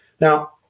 Now